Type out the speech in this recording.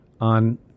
on